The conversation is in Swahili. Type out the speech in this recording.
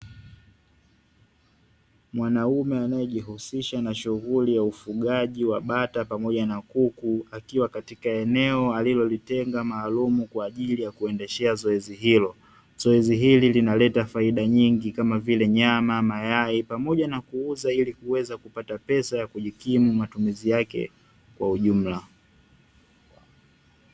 Mwanaume anayejihusisha na shughuri ya ufugaji wa bata pamoja na kuku, akiwa katika eneo alilolitenga maalumu kwa ajili ya kuendeshea zoezi hilo. Zoezi hili linaleta faida nyingi kama vile nyama, mayai pamoja na kuuza ili kuweza kupata pesa ya kujikimu matumizi yake kwa ujumla.